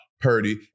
Purdy